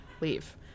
leave